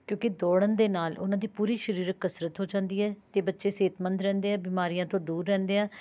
ਕਿਉਂਕਿ ਦੌੜਨ ਦੇ ਨਾਲ ਉਹਨਾਂ ਦੀ ਪੂਰੀ ਸਰੀਰਕ ਕਸਰਤ ਹੋ ਜਾਂਦੀ ਹੈ ਅਤੇ ਬੱਚੇ ਸਿਹਤਮੰਦ ਰਹਿੰਦੇ ਹੈ ਬਿਮਾਰੀਆਂ ਤੋਂ ਦੂਰ ਰਹਿੰਦੇ ਹੈ